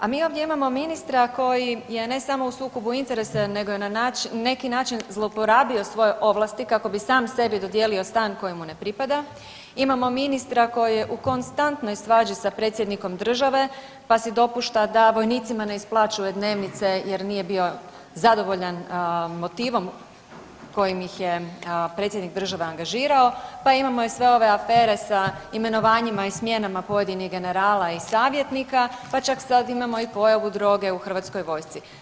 A mi ovdje imamo ministra koji je ne samo u sukobu interesa nego je na neki način zlouporabio svoje ovlasti kako bi sam sebi dodijelio stan koji mu ne pripada, imamo ministra koji je u konstantnoj svađi sa predsjednikom države pa si dopušta da vojnicima ne isplaćuje dnevnice jer nije bio zadovoljan motivom kojim ih je predsjednik države angažirao, pa imamo i sve ove afere sa imenovanjima i smjenama pojedinih generala i savjetnika, pa čak sad imamo i pojavu droge u hrvatskoj vojsci.